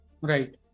Right